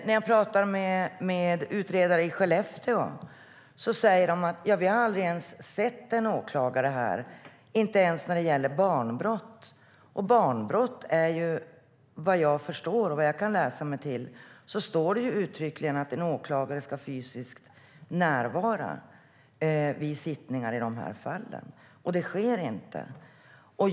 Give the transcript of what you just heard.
När jag talar med utredare i Skellefteå säger de att de aldrig sett en åklagare där, inte ens när det gällt brott mot barn. När det gäller brott mot barn står det, vad jag kan läsa mig till och förstår, att en åklagare ska fysiskt närvara vid sådana sittningar. Men så sker inte.